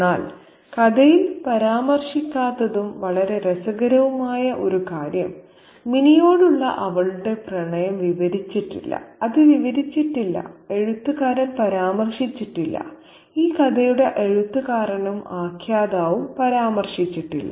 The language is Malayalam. എന്നാൽ കഥയിൽ പരാമർശിക്കാത്തതും വളരെ രസകരവുമായ കാര്യം മിനിയോടുള്ള അവളുടെ പ്രണയം വിവരിച്ചിട്ടില്ല അത് വിവരിച്ചിട്ടില്ല എഴുത്തുകാരൻ പരാമർശിച്ചിട്ടില്ല ഈ കഥയുടെ എഴുത്തുകാരനും ആഖ്യാതാവും പരാമർശിച്ചിട്ടില്ല